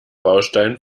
baustein